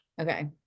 Okay